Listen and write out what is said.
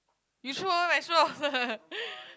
you throw lor Maxwell